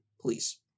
please